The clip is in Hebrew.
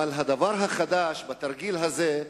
אבל הדבר החדש בתרגיל הזה,